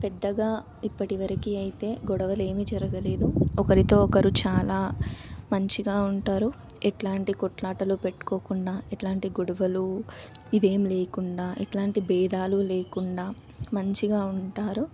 పెద్దగా ఇప్పటి వరకు అయితే గొడవలు ఏమి జరగలేదు ఒకరితో ఒకరు చాలా మంచిగా ఉంటారు ఎలాంటి కొట్లాటలు పెట్టుకోకుండా ఎలాంటి గొడవలు ఇవేం లేకుండా ఎలాంటి భేదాలు లేకుండా మంచిగా ఉంటారు